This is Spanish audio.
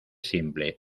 simple